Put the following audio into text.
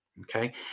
Okay